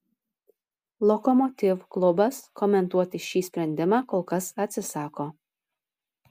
lokomotiv klubas komentuoti šį sprendimą kol kas atsisako